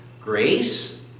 Grace